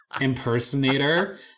impersonator